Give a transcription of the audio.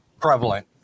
prevalent